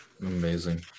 amazing